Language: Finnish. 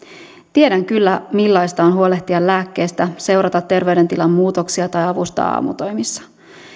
tiedän kyllä millaista on huolehtia lääkkeistä seurata terveydentilan muutoksia tai avustaa aamutoimissa